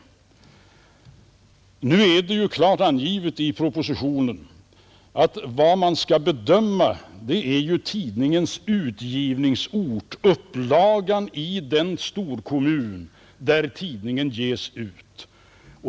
Nu är det ju klart angivet i propositionen, att vad man skall bedöma är upplagan i den storkommun där tidningen ges ut.